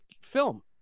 film